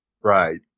Right